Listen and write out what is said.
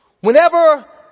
whenever